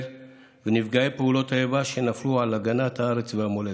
ונפגעי פעולות האיבה שנפלו על הגנת הארץ והמולדת.